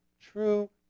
true